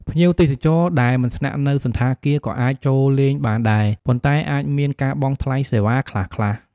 ភ្ញៀវទេសចរដែលមិនស្នាក់នៅសណ្ឋាគារ ក៏អាចចូលលេងបានដែរ ប៉ុន្តែអាចមានការបង់ថ្លៃសេវាខ្លះៗ។